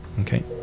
okay